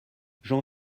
j’en